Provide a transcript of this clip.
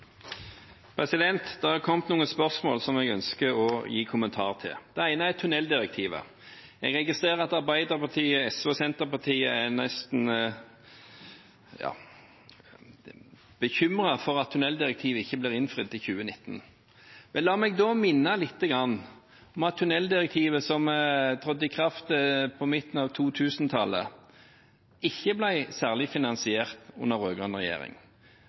Det har kommet noen spørsmål som jeg ønsker å gi kommentar til. Det ene er tunneldirektivet. Jeg registrerer at Arbeiderpartiet, SV og Senterpartiet nesten er bekymret for at tunneldirektivet ikke blir innfridd til 2019. La meg da minne om at tunneldirektivet som trådte i kraft på midten av 2000-tallet, ikke ble særlig finansiert under rød-grønn regjering.